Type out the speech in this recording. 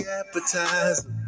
appetizer